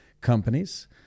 companies